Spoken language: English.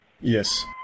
yes